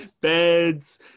beds